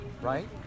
Right